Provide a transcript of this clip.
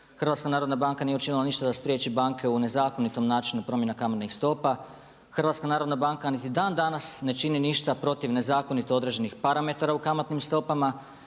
Hrvatska narodna banka nije učinila ništa da spriječi banke u nezakonitom načinu promjenu kamatnih stopa. Hrvatska narodna banka niti dan danas ne čini ništa protiv nezakonito određenih parametara u kamatnim stopama.